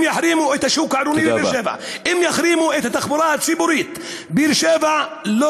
אם יחרימו את השוק, בבאר-שבע, תודה רבה.